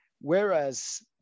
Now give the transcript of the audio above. whereas